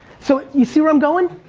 so you see where i'm going?